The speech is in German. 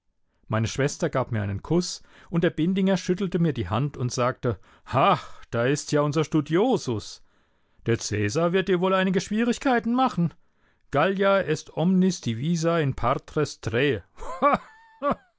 meine schwester gab mir einen kuß und der bindinger schüttelte mir die hand und sagte ach da ist ja unser studiosus der cäsar wird dir wohl einige schwierigkeiten machen gallia est omnis divisa in